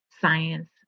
science